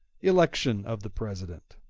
election of the president